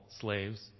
slaves